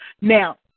Now